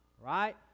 right